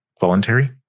voluntary